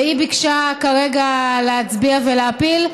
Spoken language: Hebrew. והיא ביקשה כרגע להצביע ולהפיל,